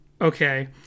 Okay